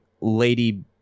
lady